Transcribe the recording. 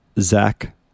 Zach